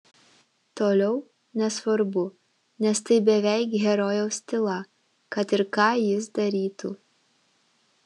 toliau nesvarbu nes tai beveik herojaus tyla kad ir ką jis darytų